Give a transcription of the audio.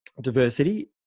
diversity